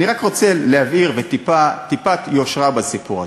אני רק רוצה להבהיר, וטיפת יושרה בסיפור הזה.